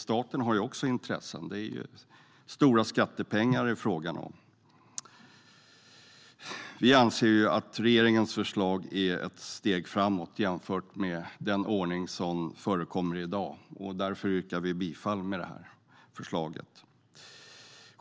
Staten har också intressen. Det är stora skattepengar det är fråga om. Vi anser att regeringens förslag är ett steg framåt jämfört med den ordning som gäller i dag. Därför yrkar vi bifall till det här förslaget.